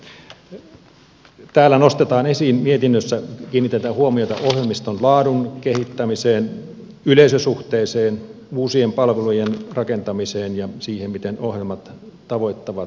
täällä mietinnössä nostetaan esiin kiinnitetään huomiota ohjelmiston laadun kehittämiseen yleisösuhteeseen uusien palvelujen rakentamiseen ja siihen miten ohjelmat tavoittavat erilaisia yleisöjä